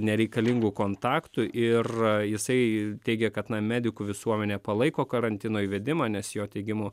nereikalingų kontaktų ir jisai teigė kad medikų visuomenė palaiko karantino įvedimą nes jo teigimu